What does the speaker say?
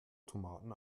tomaten